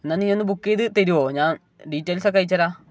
എന്നാ നീയൊന്ന് ബുക്ക് ചെയ്ത് തരുവോ ഞാൻ ഡീറ്റെയിൽസൊക്കെ അയച്ച് തരാം